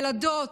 ילדות,